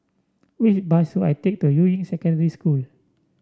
which bus should I take to Yuying Secondary School